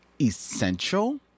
Essential